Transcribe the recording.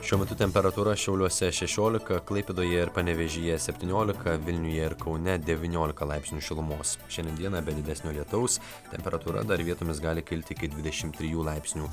šiuo metu temperatūra šiauliuose šešiolika klaipėdoje ir panevėžyje septyniolika vilniuje ir kaune devyniolika laipsnių šilumos šiandien dieną be didesnio lietaus temperatūra dar vietomis gali kilti iki dvidešim trijų laipsnių